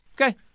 Okay